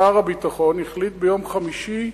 שר הביטחון החליט ביום חמישי,